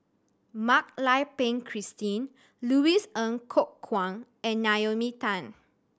Mak Lai Peng Christine Louis Ng Kok Kwang and Naomi Tan